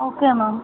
okay ma'am